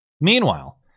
Meanwhile